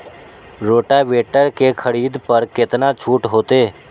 Rotavator के खरीद पर केतना छूट होते?